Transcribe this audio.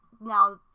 now